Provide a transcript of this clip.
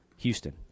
Houston